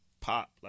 pop